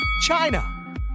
China